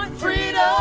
but freedom ah